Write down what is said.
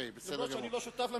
אם כי אני לא שותף למלחמה הזאת.